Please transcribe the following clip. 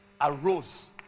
arose